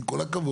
עם כל הכבוד.